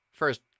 First